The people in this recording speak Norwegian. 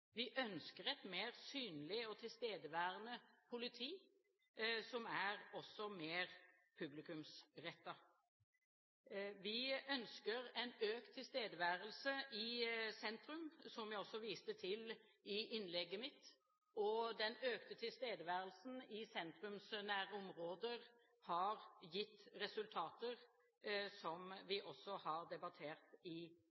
Vi ønsker et mer synlig og tilstedeværende politi, som også er mer publikumsrettet. Vi ønsker en økt tilstedeværelse i sentrum, som jeg også viste til i innlegget mitt. Den økte tilstedeværelsen i sentrumsnære områder har gitt resultater, som vi også har debattert i